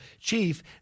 chief